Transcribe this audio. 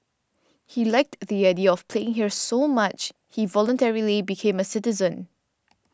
he liked the idea of playing here so much he voluntarily became a citizen